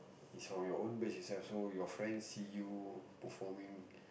is from your own base itself so your friend see you performing